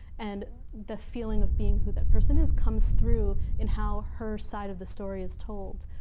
and the feeling of being who that person is comes through in how her side of the story is told.